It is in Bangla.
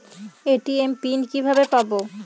এ.টি.এম পিন কিভাবে পাবো?